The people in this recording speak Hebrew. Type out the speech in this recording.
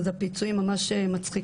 אז ככה שיוצא שהפיצויים ממש "מצחיקים".